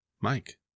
Mike